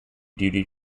duty